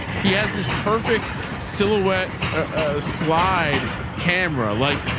he has this perfect silhouette slide camera, like,